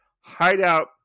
hideout